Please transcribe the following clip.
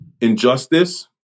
injustice